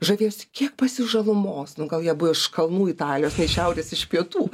žavėjosi kiek pas jus žalumos nu gal jie buvę iš kalnų italijos ne iš šiaurės iš pietų